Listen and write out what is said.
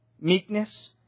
meekness